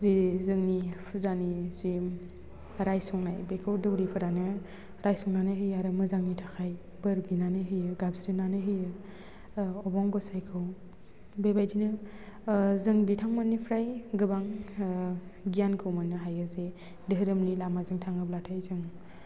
जि जोंनि फुजानि जि रायसंनाय बेखौ दौरिफोरानो रायसंनानै होयो मोजांनि थाखाय बोर बिनानै होयो गाबज्रिनानै होयो अबं गसाइखौ बे बायदिनो जों बिथांमोननिफ्राइ गोबां गियानखौ मोनो हायो जि धोरोमनि लोमाजों लामाजों थाङोब्लाथाय जों